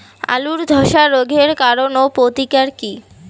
আলুর ধসা রোগের কারণ ও প্রতিকার কি?